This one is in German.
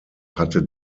hatte